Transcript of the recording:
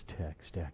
text